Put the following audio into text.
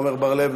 עמר בר-לב,